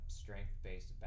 strength-based